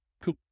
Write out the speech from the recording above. Cool